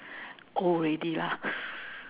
old already lah